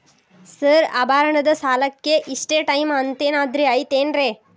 Sir ಆಭರಣದ ಸಾಲಕ್ಕೆ ಇಷ್ಟೇ ಟೈಮ್ ಅಂತೆನಾದ್ರಿ ಐತೇನ್ರೇ?